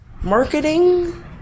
marketing